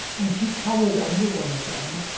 and she cowered under one of them,